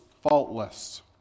faultless